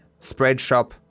Spreadshop